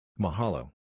Mahalo